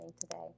today